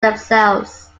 themselves